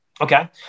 Okay